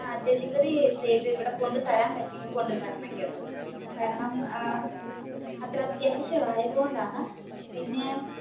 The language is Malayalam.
ആ ഡെലിവറി ചെയ്ത് ഇവിടെ കൊണ്ട് തരാൻ പറ്റുവെങ്കിൽ കൊണ്ട് തരണം കേട്ടോ കാരണം അത്ര അത്യാവശ്യം ആയതുകൊണ്ടാണ് പിന്നെ